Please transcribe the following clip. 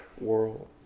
world